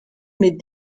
mais